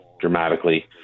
dramatically